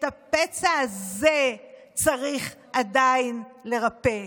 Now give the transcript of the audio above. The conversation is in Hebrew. את הפצע הזה צריך עדיין לרפא.